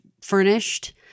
furnished